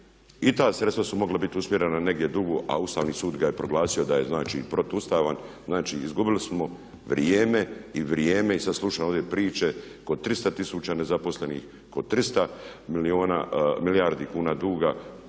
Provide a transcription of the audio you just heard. I ta sredstva su mogla biti usmjerena negdje drugdje, a Ustavni sud ga je proglasio da je, znači protuustavan. Znači, izgubili smo vrijeme i vrijeme i sad slušam ovdje priče kod 300 tisuća nezaposlenih, kod 300 milijardi kuna duga,